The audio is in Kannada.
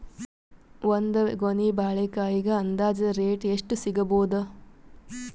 ಒಂದ್ ಗೊನಿ ಬಾಳೆಕಾಯಿಗ ಅಂದಾಜ ರೇಟ್ ಎಷ್ಟು ಸಿಗಬೋದ?